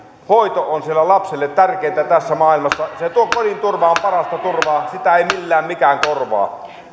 hoito on sille lapselle tärkeintä tässä maailmassa kodin turva on parasta turvaa sitä ei millään mikään korvaa